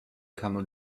camel